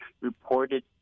reported